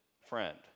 friend